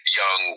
young